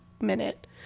minute